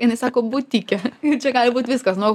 jinai sako butike ir čia gali būt viskas nuo